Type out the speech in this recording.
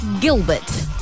Gilbert